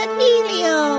Emilio